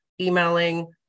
emailing